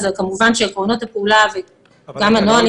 כמובן שעקרונות הפעולה וגם הנוהל,